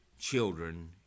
children